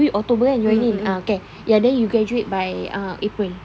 you october kan ah can ya then you graduate by ah april